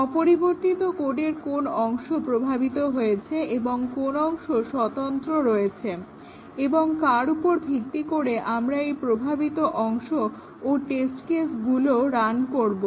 অপরিবর্তিত কোডের কোন অংশ প্রভাবিত হয়েছে এবং কোন অংশ স্বতন্ত্র রয়েছে এবং কার উপর ভিত্তি করে এই প্রভাবিত অংশ ও টেস্ট কেসগুলো রান করবে